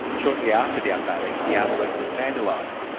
shortly after the unveiling, the art work was vandalised.